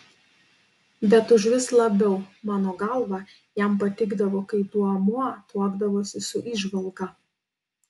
bet užvis labiau mano galva jam patikdavo kai duomuo tuokdavosi su įžvalga